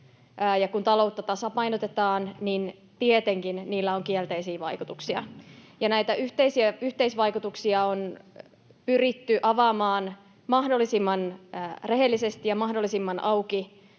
kun taloutta tasapainotetaan, niin tietenkin niillä on kielteisiä vaikutuksia. Ja näitä yhteisvaikutuksia on pyritty avaamaan mahdollisimman rehellisesti ja mahdollisimman auki